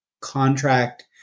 contract